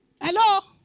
Hello